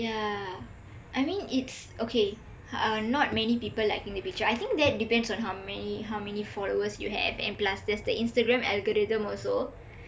yah I mean it's okay uh not many people liking the picture I think that depends on how many how many followers you have and plus there's the instagram algorithm also